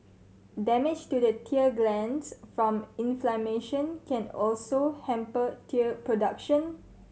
damage to the tear glands from inflammation can also hamper tear production